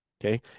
Okay